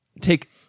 take